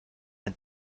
ein